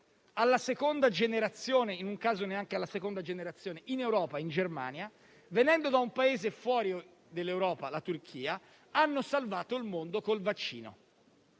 di seconda generazione (in un caso, neanche di seconda generazione), in Germania, venendo da un Paese fuori dell'Europa, la Turchia, hanno salvato il mondo col vaccino: